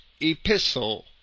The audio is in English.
epistle